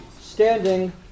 standing